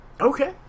Okay